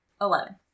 eleven